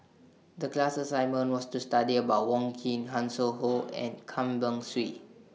The class assignment was to study about Wong Keen Hanson Ho and Tan Beng Swee